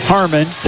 Harmon